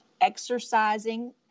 exercising